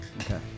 Okay